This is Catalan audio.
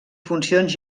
funcions